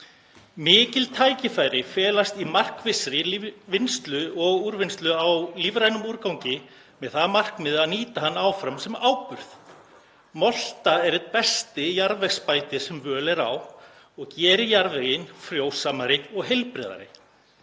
Mikil tækifæri felast í markvissri vinnslu og úrvinnslu á lífrænum úrgangi með það að markmiði að nýta hann áfram sem áburð. Molta er einn besti jarðvegsbætir sem völ er á og gerir jarðveginn frjósamari og heilbrigðari.